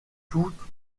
toutes